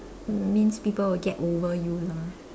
means people will get over you lah